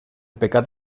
pecat